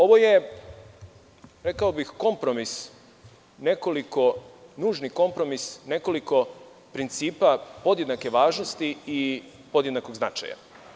Ovo je, rekao bih, nužni kompromis nekoliko principa podjednake važnosti i podjednakog značaja.